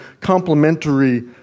complementary